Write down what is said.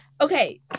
okay